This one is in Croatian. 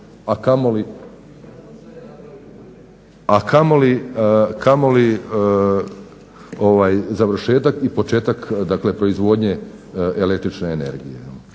a kamoli završetak i početak dakle proizvodnje električne energije.